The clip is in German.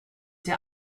der